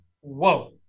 whoa